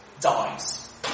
dies